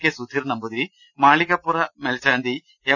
K Sudheer Namboothiri Malikappuram മേൽശാന്തി M